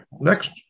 next